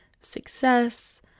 success